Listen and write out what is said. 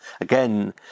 Again